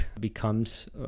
becomes